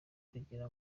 kugira